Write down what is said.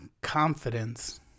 confidence